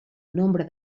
nombre